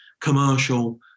commercial